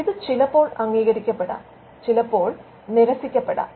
ഇത് ചിലപ്പോൾ അംഗീകരിക്കപ്പെടാം ചിലപ്പോൾ നിരസിക്കപ്പെടാം